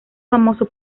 famoso